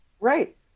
Right